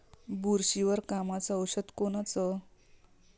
बुरशीवर कामाचं औषध कोनचं?